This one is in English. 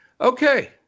Okay